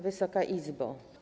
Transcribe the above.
Wysoka Izbo!